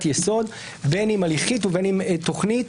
יסוד יבין אם הליכית ובין אם תוכנית,